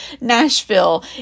Nashville